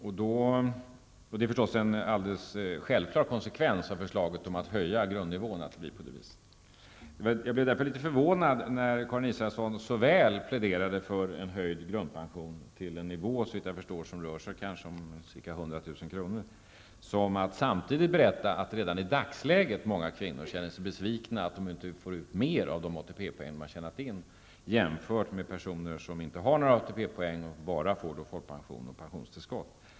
Att det blir på det viset är naturligtvis en självklar konsekvens av förslaget om att höja grundnivån. Jag blev därför något förvånad när Karin Israelsson såväl pläderade för en grundpension höjd till en nivå som -- såvitt jag förstår -- rör sig kring ca 100 000 kr., samtidigt som hon berättade att många kvinnor redan i dagsläget känner sig besvikna över att de inte får ut mer av de ATP-poäng som de har tjänat in jämfört med de pensionärer som inte har någon ATP-pension och bara får folkpension och pensionstillskott.